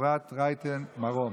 ואפרת רייטן מרום.